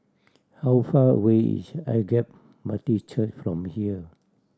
how far away is Agape Baptist Church from here